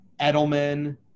Edelman